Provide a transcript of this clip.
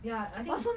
ya I think